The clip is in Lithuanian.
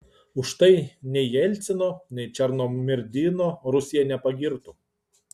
už tai nei jelcino nei černomyrdino rusija nepagirtų